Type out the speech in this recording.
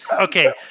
Okay